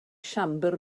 siambr